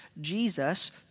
Jesus